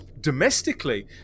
domestically